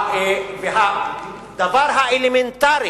הדבר האלמנטרי